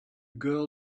girl